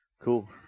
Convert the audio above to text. Cool